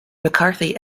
mccarthy